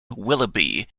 willoughby